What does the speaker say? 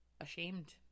ashamed